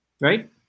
right